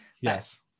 Yes